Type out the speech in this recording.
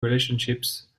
relationships